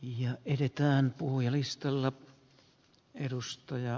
ja edetään puhujalistalla edustaja